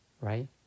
right